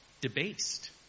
debased